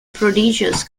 prodigious